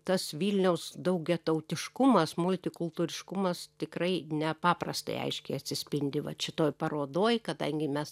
tas vilniaus daugiatautiškumas multikultūriškumas tikrai nepaprastai aiškiai atsispindi vat šitoj parodoj kadangi mes